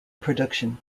production